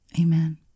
Amen